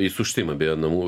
jis užsiima beje namų